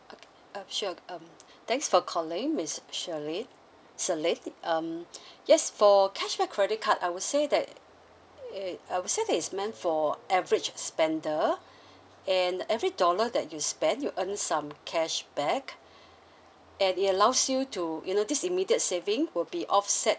okay uh sure um thanks for calling miss shirley celine um yes for cashback credit card I would say that that I would say it's meant for average spender and every dollar that you spend you earn some cashback and it allows you to you know this immediate savings will be offset